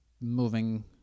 moving